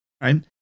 right